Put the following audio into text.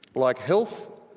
like health,